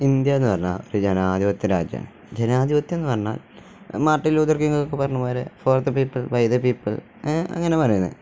India എന്നു പറഞ്ഞാല് ഒരു ജനാധിപത്യ രാജ്യമാണ് ജനാധിപത്യം എന്നു പറഞ്ഞാൽ മാര്ട്ടിന് ലൂതര് കിങ്ങൊക്കെ പറഞ്ഞതുപോലെ for the people by the people അങ്ങനെ പറയുന്നേ